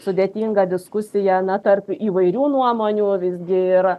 sudėtinga diskusija na tarp įvairių nuomonių visgi ir